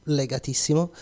legatissimo